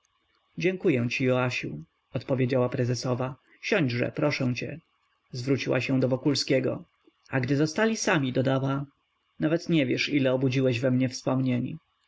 dziękuję ci joasiu odpowiedziała prezesowa siądźże proszę cię zwróciła się do wokulskiego a gdy zostali sami dodała nawet nie wiesz ile obudziłeś we mnie wspomnień